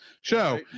show